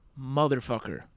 motherfucker